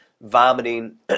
vomiting